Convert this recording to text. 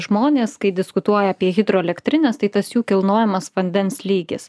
žmonės kai diskutuoja apie hidroelektrines tai tas jų kilnojamas vandens lygis